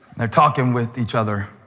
they're talking with each other